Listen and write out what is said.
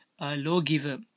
lawgiver